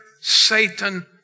Satan